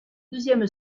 deuxième